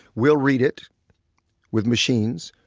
we'll read it with machines,